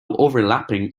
overlapping